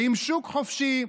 עם שוק חופשי,